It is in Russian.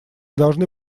должны